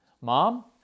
mom